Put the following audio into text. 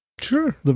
Sure